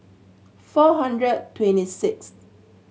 four hundred twenty sixth